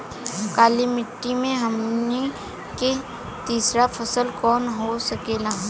काली मिट्टी में हमनी के तीसरा फसल कवन हो सकेला?